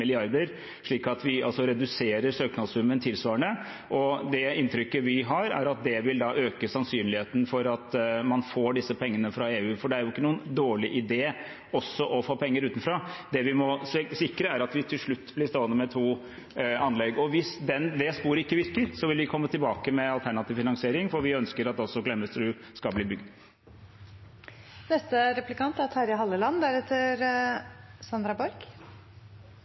slik at vi reduserer søknadssummen tilsvarende. Det inntrykket vi har, er at det vil øke sannsynligheten for at man får disse pengene fra EU, for det er jo ikke en dårlig idé å få penger utenfra også. Det vi må sikre oss, er at vi til slutt blir stående med to anlegg. Hvis det sporet ikke virker, vil vi komme tilbake med en alternativ finansiering, for vi ønsker at også Klemetsrud skal bli bygd. Som representanten var innom i sitt innlegg, er